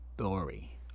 story